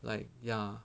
like ya